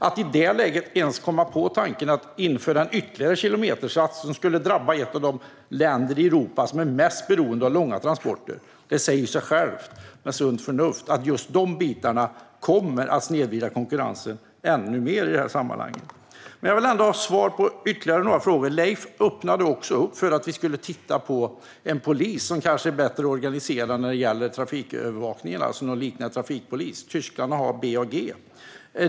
Att i det läget ens komma på tanken att införa en ytterligare kilometerskatt som skulle drabba ett av de länder i Europa som är mest beroende av långa transporter kommer - det säger sig självt - att snedvrida konkurrensen ännu mer. Jag vill ändå ha svar på ytterligare några frågor. Leif öppnade för att vi skulle titta på en polis som är bättre organiserad när det gäller trafikövervakningen, alltså något liknande trafikpolis. Tyskarna har BAG.